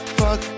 fuck